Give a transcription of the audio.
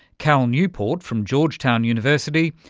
cal newport from georgetown university,